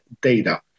data